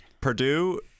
Purdue